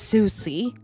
Susie